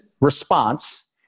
response